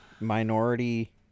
minority